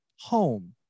home